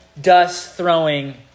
dust-throwing